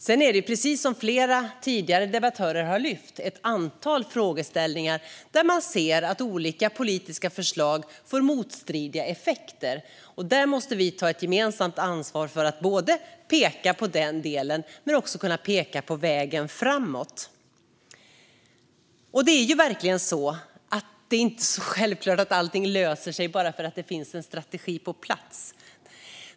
Sedan finns det, precis som flera tidigare debattörer har lyft fram, ett antal frågeställningar där man ser att olika politiska förslag får motstridiga effekter. Där måste vi ta ett gemensamt ansvar för att peka på den delen men också peka på vägen framåt. Det är verkligen inte så självklart att allting löser sig bara för att det finns en strategi på plats.